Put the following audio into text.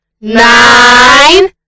nine